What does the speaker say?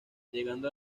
llegando